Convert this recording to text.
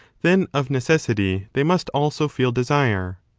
then of necessity they must also feel desire.